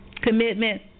commitment